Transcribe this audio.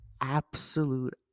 absolute